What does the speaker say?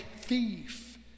thief